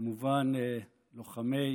כמובן לוחמי